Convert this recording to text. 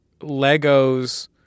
Legos